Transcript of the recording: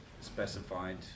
specified